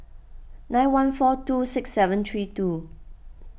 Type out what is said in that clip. nine one four two six seven three two